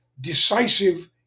decisive